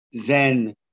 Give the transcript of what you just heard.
zen